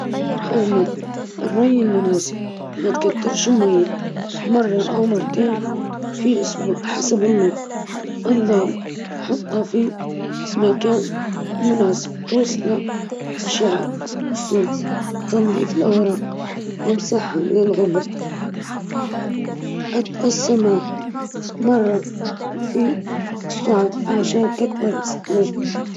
تعطي النباتات القدر الكافي من الضوء والماء المناسب، تحافظ على التربة رطبة، وتحرص على تهوية المكان وتجنب الري الزائد.